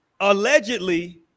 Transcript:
allegedly